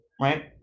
right